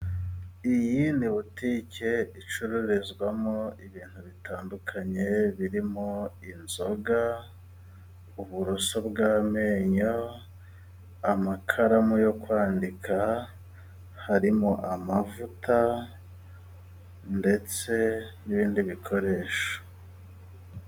Iyi ni butike icururizwamo ibintu bitandukanye birimo: inzoga, uburoso bw'amenyo, amakaramu yo kwandika harimo amavuta ndetse n'ibindi bikoresho.